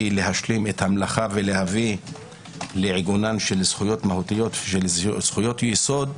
להשלים את המלאכה ולהביא לעיגונן של זכויות מהותיות ושל זכויות יסוד,